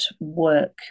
work